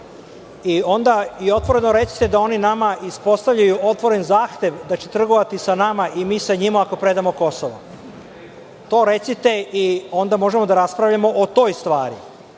za EU. Otvoreno recite da oni nama ispostavljaju otvoren zahtev da će trgovati sa nama i mi sa njima ako predamo Kosovo. To recite i onda možemo da raspravljamo o toj stvari.